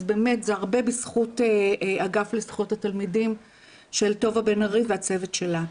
אז באמת זה הרבה בזכות אגף לזכויות התלמידים של טובה בן-ארי והצוות שלה.